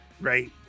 right